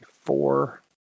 four